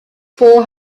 four